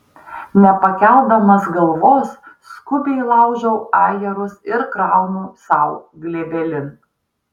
nepakeldamas galvos skubiai laužau ajerus ir kraunu sau glėbelin